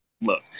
look